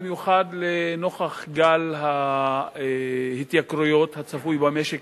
במיוחד לנוכח גל ההתייקרויות הצפוי במשק